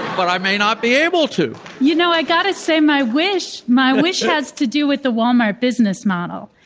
but i may not be able to. you know, i've got to say my wish my wish has to do with the walmart business model.